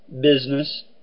Business